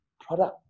product